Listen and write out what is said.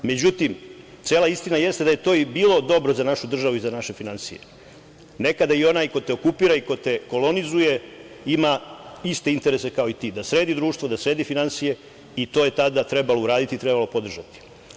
Međutim, cela istina jeste da je to i bilo dobro za našu državu i za naše finansije, nekada i onaj ko te okupira i ko te kolonizuje ima iste interese kao i ti, da sredi društvo, da sredi finansije i to je tada trebalo uraditi, trebalo podržati.